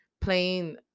playing